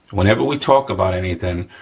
whenever we talk about anything,